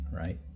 right